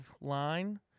line